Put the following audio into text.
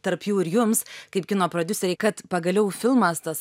tarp jų ir jums kaip kino prodiuserei kad pagaliau filmas tas